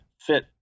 fit